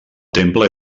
temple